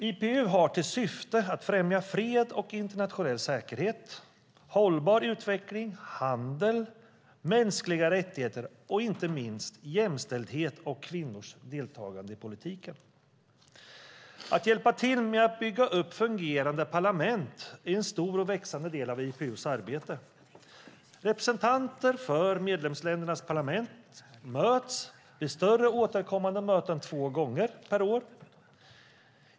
IPU har till syfte att främja fred och internationell säkerhet, hållbar utveckling, handel, mänskliga rättigheter och inte minst jämställdhet och kvinnors deltagande i politiken. Att hjälpa till med att bygga upp fungerande parlament är en stor och växande del av IPU:s arbete. Representanter för medlemsländernas parlament möts vid större återkommande möten två gånger per år.